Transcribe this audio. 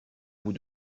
vous